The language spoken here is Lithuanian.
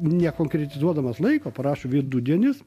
nekonkretizuodamas laiko parašo vidudienis